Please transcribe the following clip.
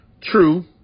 True